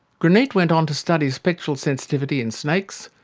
granit went on to study spectral sensitivity in snakes,